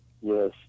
Yes